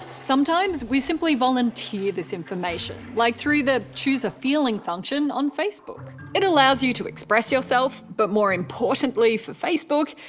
sometimes we simply volunteer this information, like through the choose a feeling function on facebook. it allows you to express yourself, yourself, but more importantly for facebook,